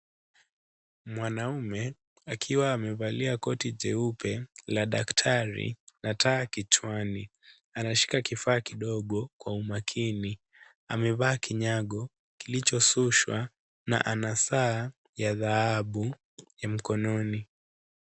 Mwanaume akiwa amevalia koti jeupe, la daktari na taa kichwani. Anashika kifaa kidogo kwa umakini. Amevaa kinyago kilichoshushwa na ana saa ya dhahabu ya mkononi.